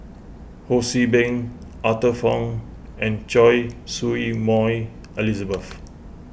Ho See Beng Arthur Fong and Choy Su Moi Elizabeth